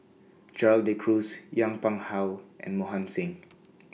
Gerald De Cruz Yong Pung How and Mohan Singh